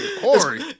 Corey